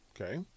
Okay